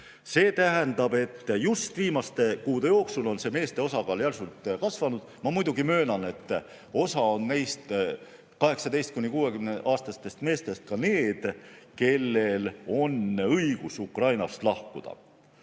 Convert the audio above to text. See tähendab, et just viimaste kuude jooksul on meeste osakaal järsult kasvanud. Ma muidugi möönan, et osa neist 18–60-aastastest meestest on ka need, kellel on õigus Ukrainast lahkuda. Aga